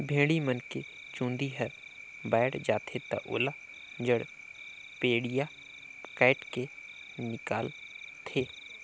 भेड़ी मन के चूंदी हर बायड जाथे त ओला जड़पेडिया कायट के निकालथे